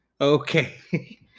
Okay